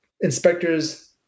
inspectors